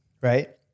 right